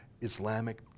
Islamic